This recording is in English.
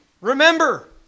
Remember